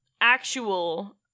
actual